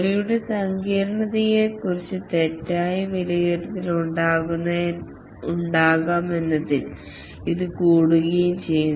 ജോലിയുടെ സങ്കീർണ്ണതയെക്കുറിച്ച് തെറ്റായ വിലയിരുത്തൽ ഉണ്ടാകാമെന്നതിനാൽ ഇത് കൂടുകയും ചെയ്യും